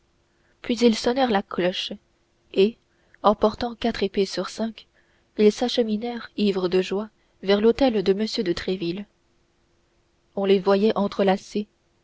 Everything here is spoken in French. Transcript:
puis ils sonnèrent la cloche et emportant quatre épées sur cinq ils s'acheminèrent ivres de joie vers l'hôtel de m de tréville on les voyait entrelacés